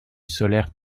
solaire